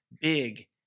Big